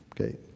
Okay